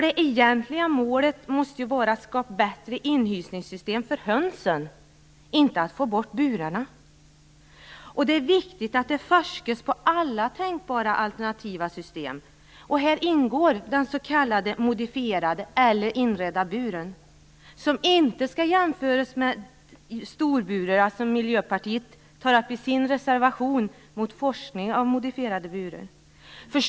Det egentliga målet måste vara att skapa bättre inhysningssystem för hönsen - inte att få bort burarna. Det är viktigt att det sker forskning på alla tänkbara alternativa system. Här ingår den s.k. modifierade, eller inredda, buren. Den skall inte jämföras med storburarna som Miljöpartiet tar upp i sin reservation mot forskning av modifierade burar.